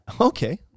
Okay